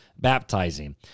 Baptizing